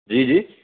جی جی